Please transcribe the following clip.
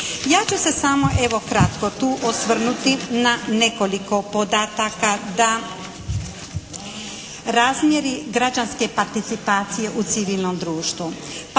Ja ću se samo evo, kratko tu osvrnuti na nekoliko podataka da razmjeri građanske participacije u civilnom društvu.